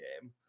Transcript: game